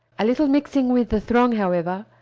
a little mixing with the throng, however,